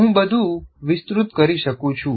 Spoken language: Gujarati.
હું વધુ વિસ્તૃત કરી શકું છું